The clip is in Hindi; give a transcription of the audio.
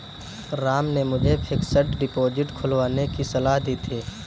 राम ने मुझे फिक्स्ड डिपोजिट खुलवाने की सलाह दी थी